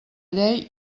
llei